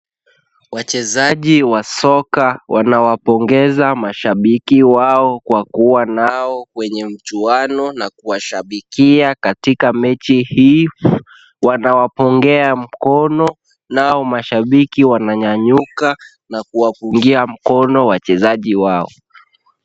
Wachezaji wa soka wanawapongeza mashabiki wao kwa kuwa nao kwenye mchuano na kuwashabikia katika mechi hii. Wanawapungia mkono nao mashabiki wananyanyuka na kuwapungia mkono wachezaji wao.